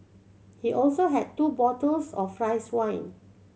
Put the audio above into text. he also had two bottles of rice wine